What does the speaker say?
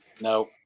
No